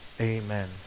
amen